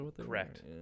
Correct